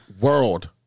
world